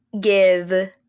give